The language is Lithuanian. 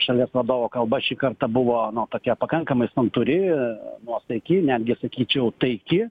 šalies vadovo kalba šį kartą buvo nu tokia pakankamai santūri nuosaiki netgi sakyčiau taiki